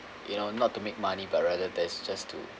you know not to make money but rather that it's just to